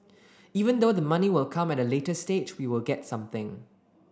even though the money will come at a later stage we still get something